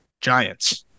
Giants